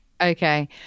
okay